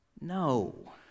No